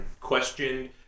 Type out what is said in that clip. questioned